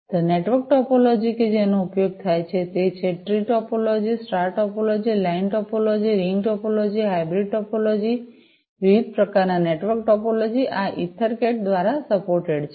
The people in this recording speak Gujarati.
ધ નેટવર્ક ટોપોલોજી કે જેનો ઉપયોગ થાય છે તે છે tree topology star topology line topology ring topology hybrid topology વિવિધ પ્રકારના નેટવર્ક ટોપોલોજી ઓ ઇથરકેટ દ્વારા સપોર્ટેડ છે